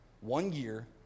one-year